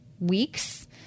Weeks